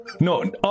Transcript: No